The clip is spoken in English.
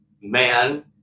man